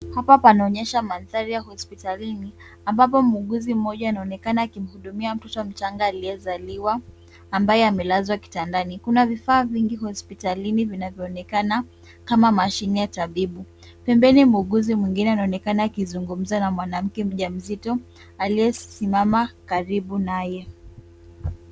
Hapa panaonyesha mandhari ya hospitalini ambapo muuguzi mmoja anaonekana akimhudumia mtoto mchanga aliyezaliwa, ambaye amelazwa kitandani. Kuna vifaa vingi hospitalini vinavyoonekana, kama mashine ya tabibu. Pembeni muuguzi mwingine anaonekana akizungumza na mwanamke mja mzito, aliyesimama karibu naye.